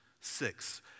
six